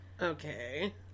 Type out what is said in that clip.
Okay